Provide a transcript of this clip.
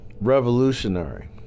revolutionary